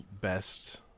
best